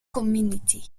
community